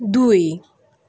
দুই